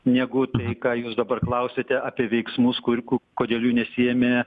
negu tai ką jūs dabar klausiate apie veiksmus kur k kodėl jų nesiėmė